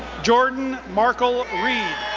jordan markell reid,